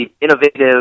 innovative